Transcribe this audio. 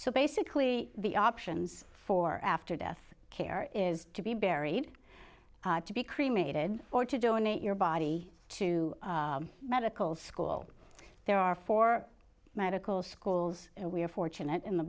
so basically the options for after death care is to be buried to be cremated or to donate your body to medical school there are for medical schools we are fortunate in the